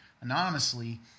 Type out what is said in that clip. anonymously